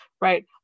right